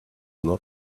not